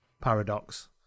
paradox